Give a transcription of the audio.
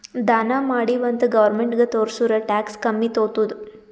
ದಾನಾ ಮಾಡಿವ್ ಅಂತ್ ಗೌರ್ಮೆಂಟ್ಗ ತೋರ್ಸುರ್ ಟ್ಯಾಕ್ಸ್ ಕಮ್ಮಿ ತೊತ್ತುದ್